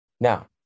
Now